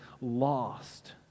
lost